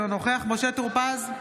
אינו נוכח משה טור פז,